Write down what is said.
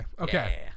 okay